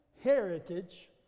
heritage